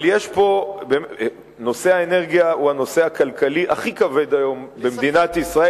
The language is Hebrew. היום נושא האנרגיה הוא הנושא הכלכלי הכי כבד במדינת ישראל,